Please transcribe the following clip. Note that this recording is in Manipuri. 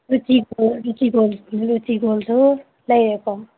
ꯔꯨꯆꯤ ꯒꯣꯜꯗꯣ ꯂꯩꯔꯕꯣ